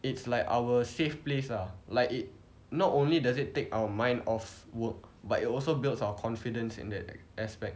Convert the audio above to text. it's like our safe place ah like it not only does it take our mind off work but it also builds our confidence in that aspect